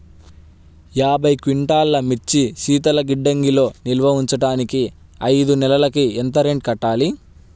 యాభై క్వింటాల్లు మిర్చి శీతల గిడ్డంగిలో నిల్వ ఉంచటానికి ఐదు నెలలకి ఎంత రెంట్ కట్టాలి?